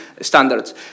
standards